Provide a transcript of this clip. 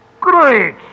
Great